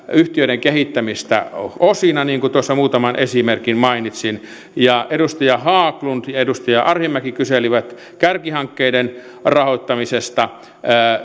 yhtiöiden kehittämistä osina niin kuin tuossa muutaman esimerkin mainitsin edustaja haglund ja edustaja arhinmäki kyselivät kärkihankkeiden rahoittamisesta